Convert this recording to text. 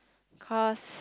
cause